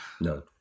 no